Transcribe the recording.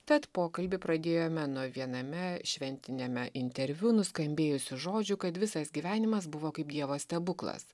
tad pokalbį pradėjome nuo viename šventiniame interviu nuskambėjusių žodžių kad visas gyvenimas buvo kaip dievo stebuklas